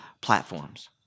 platforms